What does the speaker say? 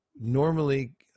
Normally